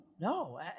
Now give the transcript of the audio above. no